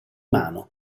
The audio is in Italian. mano